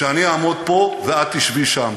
שאני אעמוד פה, ואת תשבי שם.